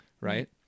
right